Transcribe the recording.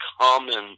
common